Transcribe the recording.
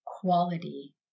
quality